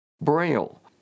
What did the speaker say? braille